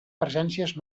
presències